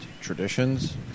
traditions